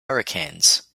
hurricanes